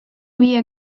viie